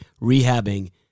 rehabbing